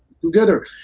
together